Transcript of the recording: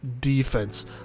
defense